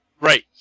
Right